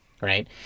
right